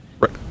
Right